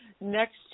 next